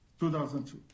2002